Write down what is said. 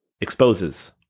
exposes